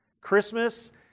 Christmas